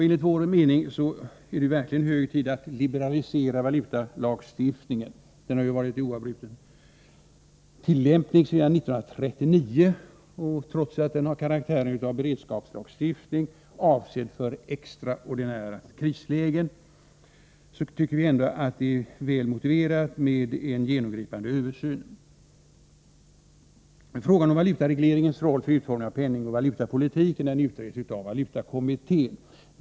Enligt vår mening är det verkligen hög tid att liberalisera valutalagstift ningen. Den har varit i oavbruten tillämpning sedan 1939. Trots att den har karaktären av beredskapslagstiftning, avsedd för extraordinära krislägen, tycker vi att det är väl motiverat med en genomgripande översyn. Frågan om valutaregleringens roll för utformningen av penningoch valutapolitiken utreds av valutakommittén.